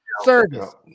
service